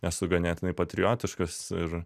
esu ganėtinai patriotiškas ir